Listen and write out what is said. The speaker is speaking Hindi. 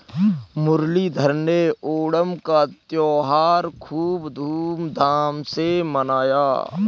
मुरलीधर ने ओणम का त्योहार खूब धूमधाम से मनाया